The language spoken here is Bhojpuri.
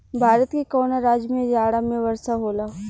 भारत के कवना राज्य में जाड़ा में वर्षा होला?